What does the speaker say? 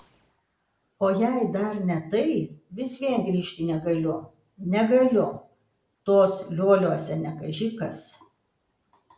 o jei dar ne tai vis vien grįžti negaliu negaliu tuos lioliuose ne kaži kas